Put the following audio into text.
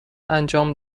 انجام